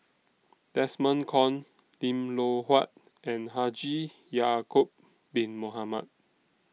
Desmond Kon Lim Loh Huat and Haji Ya'Acob Bin Mohamed